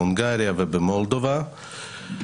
בהונגריה ובמולדובה.